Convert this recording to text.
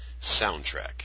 soundtrack